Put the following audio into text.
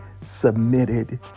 submitted